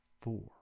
four